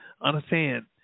Understand